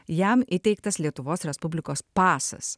jam įteiktas lietuvos respublikos pasas